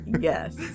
Yes